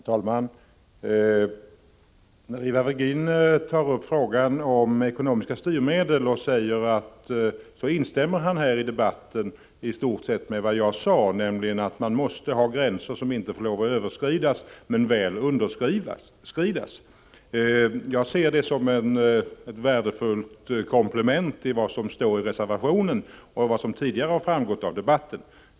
Herr talman! Ivar Virgin tog upp frågan om ekonomiska styrmedel, och han instämde i stort sett i vad jag har sagt i debatten, nämligen att man måste ha gränser som inte får överskridas men väl underskridas. Jag ser detta som ett värdefullt komplement till vad som står i reservationen och till vad som tidigare har framgått av debatten.